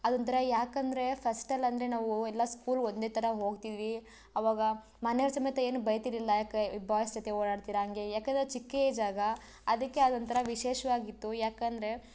ಅದೊಂಥರ ಯಾಕಂದರೆ ಫಸ್ಟಲ್ಲಿ ಅಂದರೆ ನಾವು ಎಲ್ಲ ಸ್ಕೂಲ್ ಒಂದೇ ಥರ ಹೋಗ್ತಿದ್ವಿ ಆವಾಗ ಮನೆಯವ್ರು ಸಮೇತ ಏನು ಬೈತಿರಲಿಲ್ಲ ಯಾಕೆ ಬಾಯ್ಸ್ ಜೊತೆ ಓಡಾಡ್ತೀರಾ ಹಂಗೆ ಯಾಕಂದ್ರೆ ಚಿಕ್ಕ ಏಜ್ ಆಗ ಅದಕ್ಕೆ ಅದೊಂಥರ ವಿಶೇಷವಾಗಿತ್ತು ಯಾಕಂದರೆ